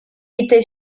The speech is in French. était